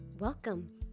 Welcome